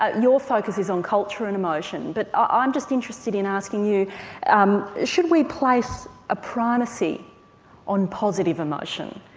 ah your focus is on culture and emotion but ah i'm just interested in asking you um should we place a primacy primacy on positive emotion?